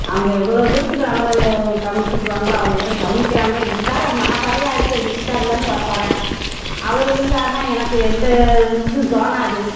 அவங்க எவ்வளோ தூரத்துக்கு நம்மளை கவனிச்சுக்கிருவாங்களோ அவ்வளோ தூரம் கவனிக்கிறாங்க இருந்தாலும் எனக்கு மனக்குறையா இருக்குது எங்கள் வீட்டுக்காரர் இல்லைன்னு ஒரு குறை அவர் இருந்தார்னால் எனக்கு எந்த இதுவும் தோணாது